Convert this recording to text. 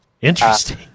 Interesting